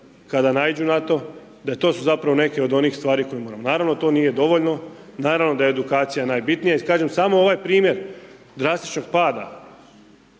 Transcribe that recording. kada naiđu na to, da to su zapravo neke od onih stari kojima naravno to nije dovoljno, naravno da je edukacija najbitnija i kažem samo ovaj primjer drastičnog pada